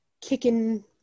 kicking